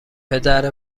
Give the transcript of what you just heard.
پدر